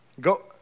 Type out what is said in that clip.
Go